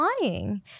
lying